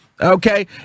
Okay